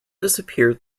disappeared